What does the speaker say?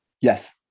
Yes